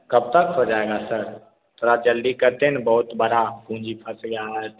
कब तक हो जाएगा सर थोड़ा जल्दी करते न बहुत बड़ा पूँजी फंस गया है